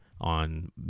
on